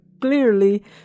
clearly